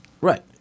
Right